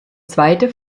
zweite